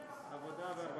ועדת העבודה והרווחה.